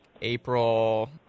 April